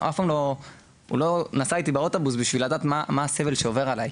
הוא אף פעם לא נסע איתי באוטובוס בשביל לדעת מה הסבל שעובר עליי.